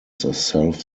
self